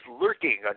lurking